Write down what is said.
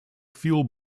fuel